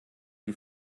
die